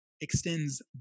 extends